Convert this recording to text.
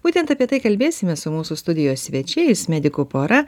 būtent apie tai kalbėsime su mūsų studijos svečiais medikų pora